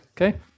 okay